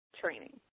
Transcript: training